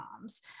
moms